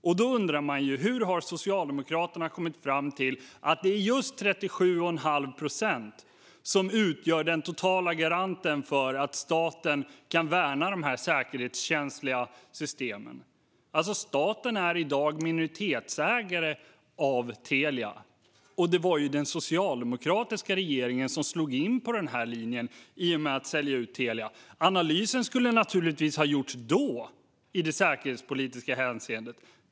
Jag undrar hur Socialdemokraterna kom fram till att just 37 1⁄2 procent ska utgöra den totala garanten för att staten kan värna de här säkerhetskänsliga systemen. Staten är i dag minoritetsägare av Telia. Och det var den socialdemokratiska regeringen som slog in på den linjen i och med att man sålde ut Telia. Analysen av det säkerhetspolitiska hänseendet skulle naturligtvis ha gjorts då.